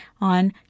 on